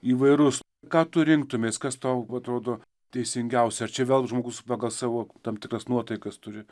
įvairus ką tu rinktumeisi kas tau atrodo teisingiausia ar čia vėl žmogus pagal savo tam tikras nuotaikas turi